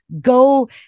go